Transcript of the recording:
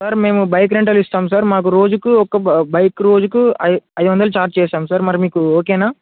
sir మేము bike rental ఇస్తాం sir మాకు రోజుకి ఒక్క బైక్ రోజుకి ఐదు వందలు ఛార్జ్ చేస్తాం సార్ మరి మీకు ఓకేనా